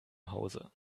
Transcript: hause